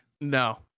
No